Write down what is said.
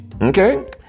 Okay